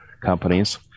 companies